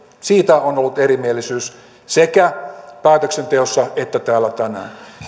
siitä on ollut erimielisyys sekä päätöksenteossa että täällä